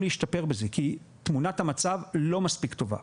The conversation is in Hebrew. להשתפר בזה כי תמונת המצב לא מספיק טובה.